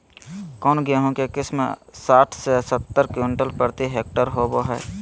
कौन गेंहू के किस्म साठ से सत्तर क्विंटल प्रति हेक्टेयर होबो हाय?